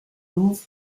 louve